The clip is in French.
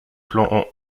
plan